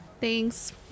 Thanks